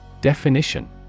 Definition